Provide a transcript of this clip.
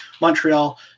Montreal